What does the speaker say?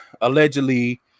allegedly